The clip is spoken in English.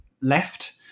left